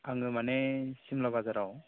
आङो माने सिमला बाजाराव